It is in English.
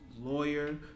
lawyer